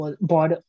bought